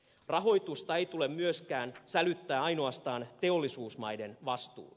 rahoitusta ei tule myöskään sälyttää ainoastaan teollisuusmaiden vastuulle